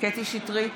קטי קטרין שטרית,